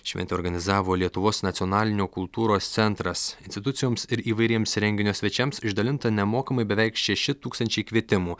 šventę organizavo lietuvos nacionalinio kultūros centras institucijoms ir įvairiems renginio svečiams išdalinta nemokamai beveik šeši tūkstančiai kvietimų